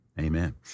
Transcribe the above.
amen